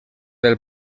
del